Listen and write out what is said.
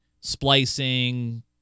splicing